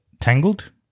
Tangled